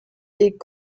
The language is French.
est